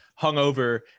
hungover